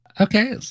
Okay